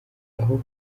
aho